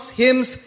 hymns